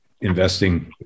investing